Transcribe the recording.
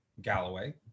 Galloway